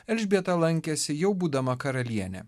elžbieta lankėsi jau būdama karalienė